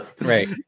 right